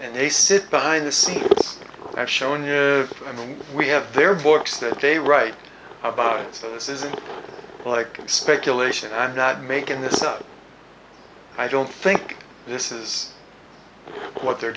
and they sit behind the scenes and show in here and then we have their books that they write about it so this isn't like speculation i'm not making this up i don't think this is what they're